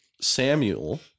Samuel